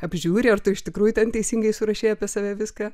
apžiūri ar tu iš tikrųjų ten teisingai surašei apie save viską